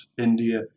India